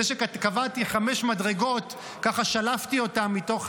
זה שקבעתי חמש מדרגות, ככה, שלפתי אותן מתוך,